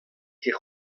ket